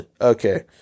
Okay